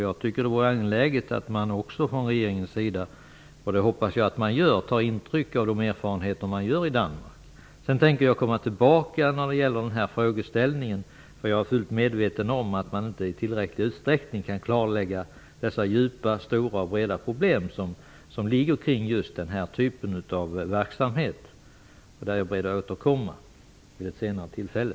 Jag hoppas att regeringen tar intryck av erfarenheterna från Jag är fullt medveten om att man inte i tillräcklig utsträckning kan klarlägga de djupa och stora problem som hänger samman med den här typen av verksamhet. Men det är jag beredd att återkomma till vid ett senare tillfälle.